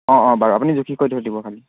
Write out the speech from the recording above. অঁ অঁ বাৰু আপুনি জুখি কৰি থৈ দিব খালী